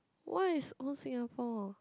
what is old Singapore